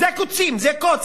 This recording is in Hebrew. זה קוצים, זה קוץ.